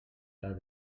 les